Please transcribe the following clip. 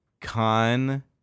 Con